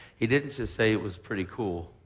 he didn't just say it was pretty cool.